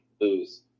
lose